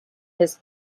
his